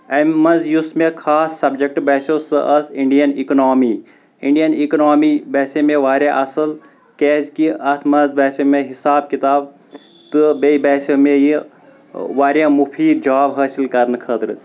امہِ منٛز یُس مےٚ خاص سبجکٹ باسیٚو سۄ ٲس انڈین اکنامی انڈین اکنامی باسے مےٚ واریاہ اصٕل کیاز کہِ اتھ منٛز باسیٚو مےٚ حساب کِتاب تہٕ بییٚہِ باسیٚو مےٚ یہِ واریاہ مُفید جاب حٲصل کرنہٕ خٲطرٕ